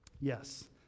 Yes